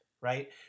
right